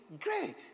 Great